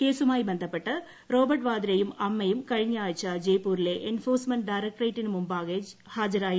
കേസുമായി ബന്ധപ്പെട്ട് റോബർട്ട് വാദ്രെയും അമ്മയും കഴിഞ്ഞയാഴ്ച ജയ്പൂരിലെ എൻഫോഴ്സ്മെന്റ് ഡയറക്ടറേറ്റിന് മുമ്പാകെ ചോദ്യം ചെയ്യലിന് ഹാജരായിരുന്നു